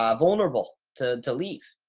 um vulnerable to to leave.